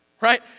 right